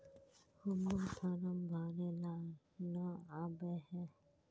हम्मर फारम भरे ला न आबेहय?